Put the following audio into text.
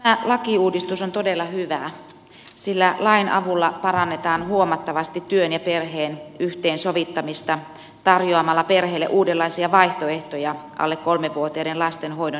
tämä lakiuudistus on todella hyvä sillä lain avulla parannetaan huomattavasti työn ja perheen yhteensovittamista tarjoamalla perheille uudenlaisia vaihtoehtoja alle kolmevuotiaiden lasten hoidon järjestämiseen